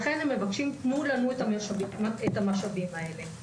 לכן הם מבקשים: "תנו לנו את המשאבים האלה".